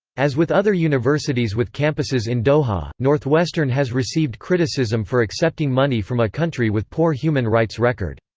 as with other universities with campuses in doha, northwestern has received criticism for accepting money from a country with poor human rights record.